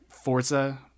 forza